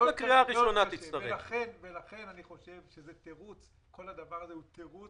לכן אני חושב שכל הדבר הזה הוא תירוץ